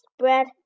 spread